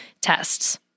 tests